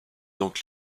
donc